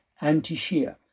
anti-Shia